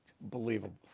believable